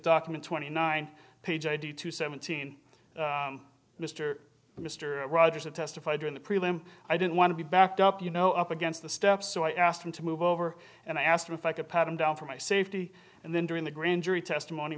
document twenty nine page i d two seventeen mr mr rogers to testify during the prelim i didn't want to be backed up you know up against the steps so i asked him to move over and i asked him if i could put him down for my safety and then during the grand jury testimony